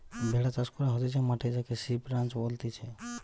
ভেড়া চাষ করা হতিছে মাঠে যাকে সিপ রাঞ্চ বলতিছে